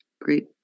Great